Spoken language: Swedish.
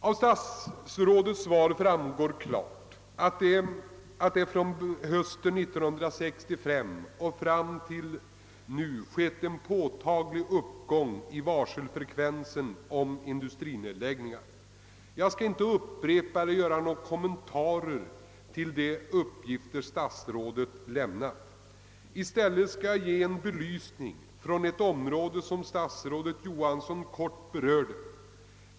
Av statsrådets svar framgår klart, att det från och med hösten 1965 och fram till nu ägt rum en påtaglig uppgång i varselfrekvensen beträffande industrinedläggningar. Jag skall inie upprepa eller kommentera de uppgifter statsrådet lämnat utan skall i stället belysa ett område som statsrådet Johansson i korthet berörde.